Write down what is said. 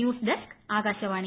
news desk Akashvani